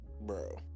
bro